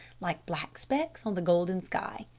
like black specks on the golden sky.